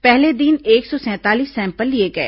पहले दिन एक सौ सैंतालीस सैंपल लिए गए